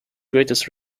greatest